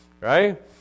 Right